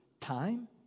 time